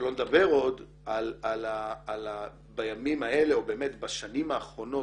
שלא נדבר עוד בימים האלה או באמת בשנים האחרונות,